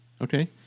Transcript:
okay